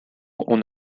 und